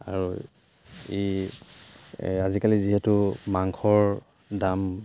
আৰু এই আজিকালি যিহেতু মাংসৰ দাম